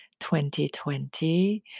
2020